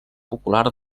popular